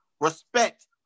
respect